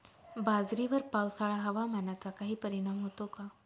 बाजरीवर पावसाळा हवामानाचा काही परिणाम होतो का?